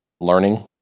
learning